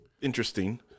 interesting